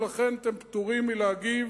ולכן אתם פטורים מלהגיב